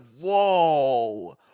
whoa